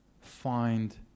find